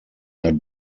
are